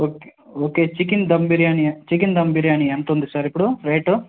okay okay chicken dum biryani chicken dum biryani ఎంతుంది sir ఇప్పుడు rate